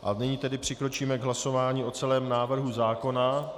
A nyní tedy přikročíme k hlasování o celém návrhu zákona.